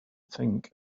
think